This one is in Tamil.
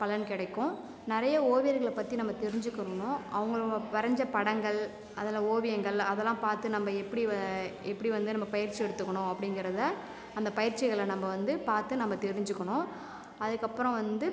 பலன் கிடைக்கும் நிறைய ஓவியர்களை பற்றி நம்ப தெரிஞ்சுக்கணும் அவங்க வரைஞ்ச படங்கள் அதில் ஓவியங்கள் அதெலாம் பார்த்து நம்ப எப்படி எப்படி வந்து பயிற்சி எடுத்துக்கணும் அப்படிங்குறத அந்த பயிற்சிகளை நம்ப வந்து பார்த்து நம்ப தெரிஞ்சுக்கணும் அதுக்கு அப்புறம் வந்து